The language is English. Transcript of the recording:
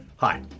Hi